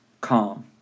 Calm